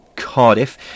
Cardiff